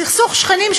סכסוך שכנים,